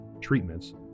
treatments